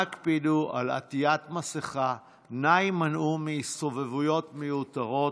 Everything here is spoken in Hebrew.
אנא הקפידו על עטיית מסכה ואנא הימנעו מהסתובבויות מיותרות.